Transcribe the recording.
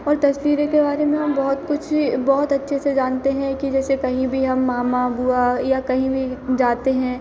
और तस्वीरों के बारे में हम बहुत कुछ बहुत अच्छे से जानते हैं कि जैसे कहीं भी हम मामा बुआ या कहीं भी जाते हैं